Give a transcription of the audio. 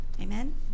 Amen